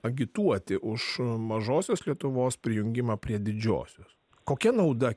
agituoti už mažosios lietuvos prijungimą prie didžiosios kokia nauda